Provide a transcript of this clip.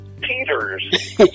Peters